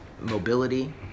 mobility